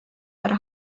para